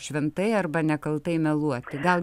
šventai arba nekaltai meluoti gal